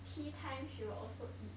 tea time she will also eat